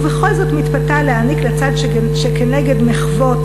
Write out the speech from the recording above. ובכל זאת מתפתה להעניק לצד שכנגד מחוות